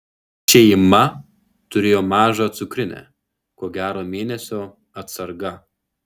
šeima turėjo mažą cukrinę ko gero mėnesio atsarga